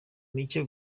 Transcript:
mike